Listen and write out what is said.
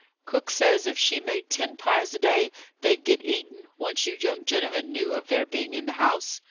cook says if she made ten pies a day they'd get eaten, once you young gentlemen knew of their being in the house.